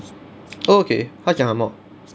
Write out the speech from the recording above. oh okay 他讲什么